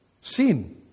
Sin